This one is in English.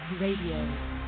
Radio